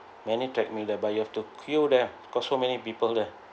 many treadmill there but you have to queue there because so many people there